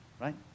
Right